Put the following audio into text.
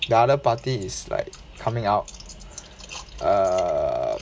the other party is like coming out err